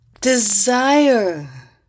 Desire